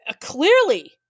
clearly